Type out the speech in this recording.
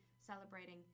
celebrating